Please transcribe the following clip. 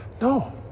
No